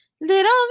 little